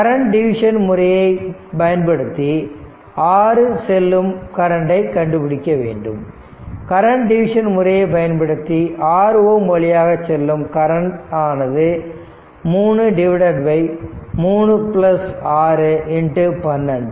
current division முறையை பயன்படுத்தி 6 Ω வழியாக செல்லும் கரண்ட் ஆனது 3 36 12